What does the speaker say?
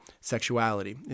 sexuality